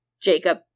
Jacob